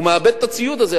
הוא מאבד את הציוד הזה,